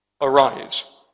Arise